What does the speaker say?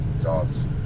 Dogs